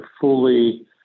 fully